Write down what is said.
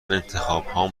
انتخابهام